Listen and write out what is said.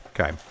okay